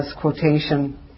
quotation